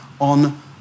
on